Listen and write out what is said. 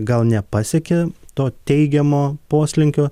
gal nepasiekė to teigiamo poslinkio